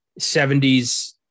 70s